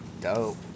dope